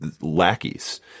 lackeys